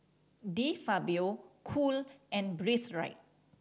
De Fabio Cool and Breathe Right